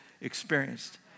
experienced